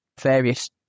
various